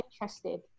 interested